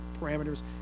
parameters